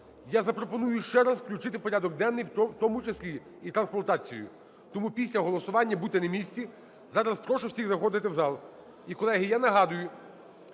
Я запропоную ще раз включити в порядок денний, в тому числі і трансплантацію. Тому після голосування будьте на місці. Зараз прошу всіх заходити в зал. І, колеги, я нагадую,